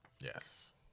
Yes